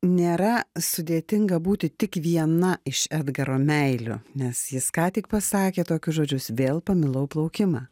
nėra sudėtinga būti tik viena iš edgaro meilių nes jis ką tik pasakė tokius žodžius vėl pamilau plaukimą